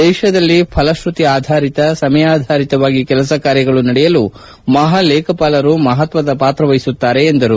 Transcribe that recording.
ದೇಶದಲ್ಲಿ ಫಲಕ್ಷತಿ ಆಧಾರಿತ ಸಮಯಾಧಾರಿತವಾಗಿ ಕೆಲಸಕಾರ್ಯಗಳು ನಡೆಯಲು ಮಹಾಲೇಖಪಾಲರು ಮಹತ್ತದ ಪಾತ್ರವಹಿಸುತ್ತಾರೆ ಎಂದು ಹೇಳಿದರು